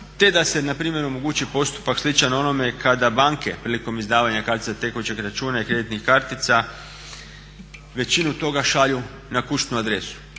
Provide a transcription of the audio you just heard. te da se npr. omogući postupak sličan onome kada banke prilikom izdavanja kartice tekućeg računa i kreditnih kartica većinu toga šalju na kućnu adresu.